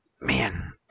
man